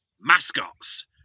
mascots